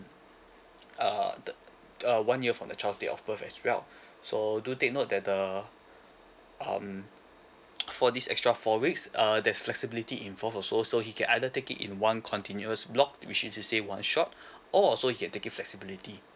err the uh one year from the child's date of birth as well so do take note that the um for this extra for weeks err there's flexibility involved also so he can either take it in one continuous block which means to say one shot or also he take it flexibility